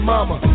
Mama